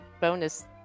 bonus